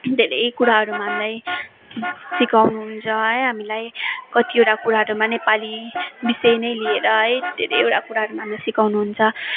धेरै कुराहरूमा हामीलाई सिकाउनु हुन्छ है हामीलाई कतिबटा कुराहरूमा नेपाली विषय नै लिएर है धेरैओडा कुराहरू हामीलाई सिकाउनु हुन्छ